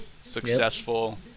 successful